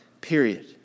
period